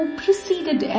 preceded